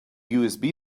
usb